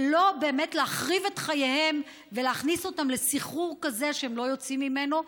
ולא להחריב את חייהם ולהכניס אותם לסחרור כזה שהם לא יוצאים ממנו,